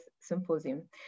symposium